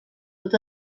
dut